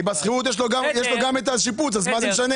כי בשכירות יש לו גם את השיפוץ, אז מה זה משנה?